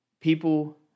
people